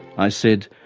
i said,